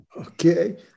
Okay